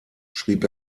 schrieb